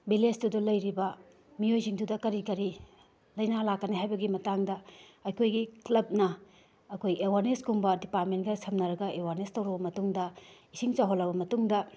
ꯚꯤꯂꯦꯖꯇꯨꯗ ꯂꯩꯔꯤꯕ ꯃꯤꯑꯣꯏꯁꯤꯡꯗꯨꯗ ꯀꯔꯤ ꯀꯔꯤ ꯂꯥꯏꯅꯥ ꯂꯥꯛꯀꯅꯤ ꯍꯥꯏꯕꯒꯤ ꯃꯇꯥꯡꯗ ꯑꯩꯈꯣꯏꯒꯤ ꯀ꯭ꯂꯕꯅ ꯑꯩꯈꯣꯏ ꯑꯦꯋꯥꯔꯅꯦꯁꯀꯨꯝꯕ ꯗꯤꯄꯥꯔꯠꯃꯦꯟꯒ ꯁꯝꯅꯔꯒ ꯑꯦꯋꯥꯔꯅꯦꯁ ꯇꯧꯔꯕ ꯃꯇꯨꯡꯗ ꯏꯁꯤꯡ ꯆꯥꯎꯍꯜꯂꯕ ꯃꯇꯨꯡꯗ